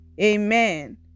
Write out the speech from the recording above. Amen